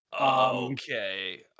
Okay